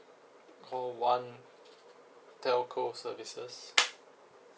call one telco services